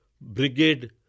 brigade